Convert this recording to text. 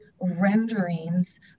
renderings